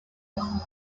one